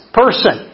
person